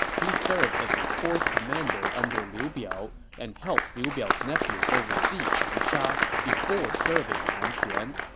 he served as a corps commander under liu biao and helped liu biao's nephew oversee changsha before serving han xuan.